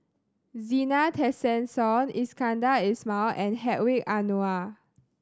Zena Tessensohn Iskandar Ismail and Hedwig Anuar